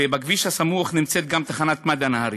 ובכביש הסמוך נמצאת גם תחנת מד"א נהריה.